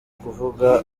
kuvuga